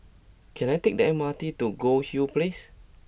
can I take the M R T to Goldhill Place